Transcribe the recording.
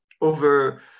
over